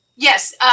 Yes